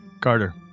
Carter